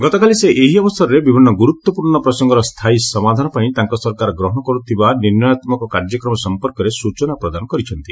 ଗତକାଲି ସେ ଏହି ଅବସରରେ ବିଭିନ୍ନ ଗୁରୁତ୍ୱପୂର୍ଣ୍ଣ ପ୍ରସଙ୍ଗର ସ୍ଥାୟୀ ସମାଧାନ ପାଇଁ ତାଙ୍କ ସରକାର ଗ୍ରହଣ କରୁଥିବା ନିର୍ଣ୍ଣୟାତ୍କକ କାର୍ଯ୍ୟକ୍ରମ ସମ୍ପର୍କରେ ସ୍ଟଚନା ପ୍ରଦାନ କରିଛନ୍ତି